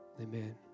Amen